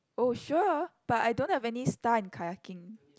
oh sure but I don't have any star in kayaking